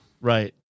Right